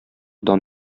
дан